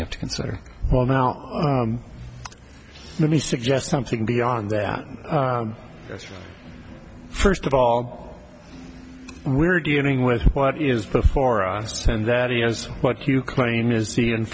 you have to consider well now let me suggest something beyond that first of all we're dealing with what is before us and that is what you claim is the in